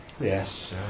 yes